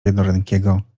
jednorękiego